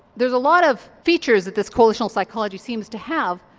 there's a lot of features that this coalitional psychology seems to have,